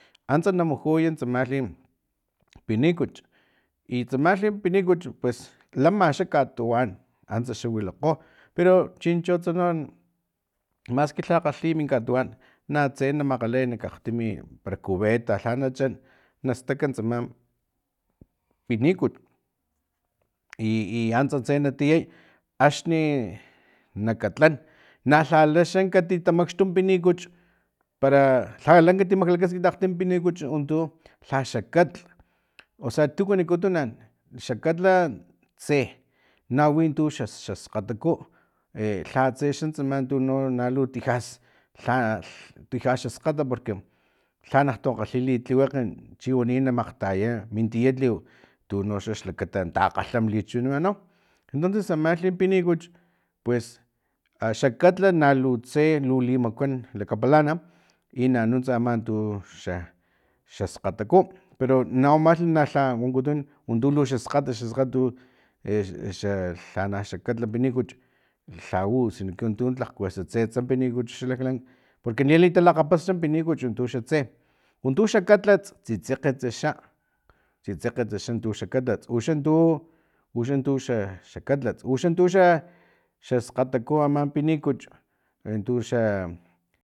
Antsa na mujut tsamalhi pinikuchu i tsamalhi pinikuchu pues lama xa katuwan antsa xa wilakgo pero chincho tsa no maski lha kgalhit min katuwan na tse na makgalay nak akgtimi para cubeta lha nachan nastaka tsama pinikuchu i i antsa tse na tiyay axni nakatlan nalhala xa katitamakxtup pinikuchu para lhala kati maklakaskinti akgtim pinikuchu untu lha xa katl osea tu wanikutun xa katla tse nawin tuxa xaskgataku e lhatse xan tsama no nalu tija lhalh tija xaskgata porque lhana to kgalhi li tliwakg chiwani ma makgtaya min tietliw tunoxax lakata takgalham li chiwinamanua entonces amalhi pinikuchu puesa xa katla nalutse lu limakuan xlakapalan i nanuntsa ama tuxa xaskgataku pero no amal na lha wankutun untu lu xaskgat xaskgat e e xa lhana xa katlh pinikuchu lhau sino que untu kuesa tsets pinikuchu laklank porque ni talilakgapasa pinikuchu tu xa tse untu xa katla tsitsekgetse xa tsitsekgatse u xa katlats uxantu uxantu xa xa katlatsa uxantu xa xaskgataku aman pinikuchu untu xa